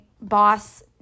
boss